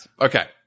okay